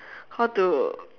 how to